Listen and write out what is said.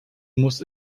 muss